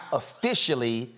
officially